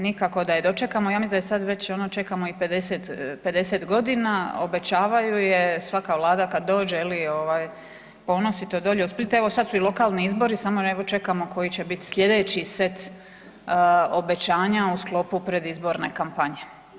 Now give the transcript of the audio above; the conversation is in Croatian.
Nikako da je dočekamo, ja mislim da je sad već ono, čekamo i 50 godina, obećavaju je, svaka Vlada kad dođe, je li, ponosito dolje u Split, evo sad su i lokalni izbori, samo evo čekamo koji će biti sljedeći set obećanja u sklopu predizborne kampanje.